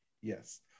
yes